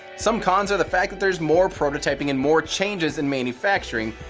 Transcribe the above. some cons are the fact that there's more prototyping and more changes in manufacturing,